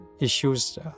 issues